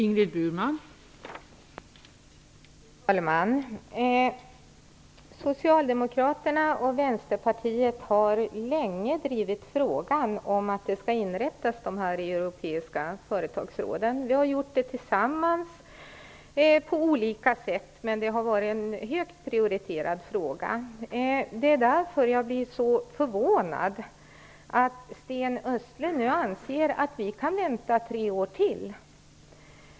Fru talman! Socialdemokraterna och Vänsterpartiet har länge drivit frågan om att europeiska företagsråd skall inrättas. Vi har gjort det tillsammans och på olika sätt, men det har varit en högt prioriterad fråga. Det är därför jag blir så förvånad över att Sten Östlund nu anser att vi kan vänta tre år till.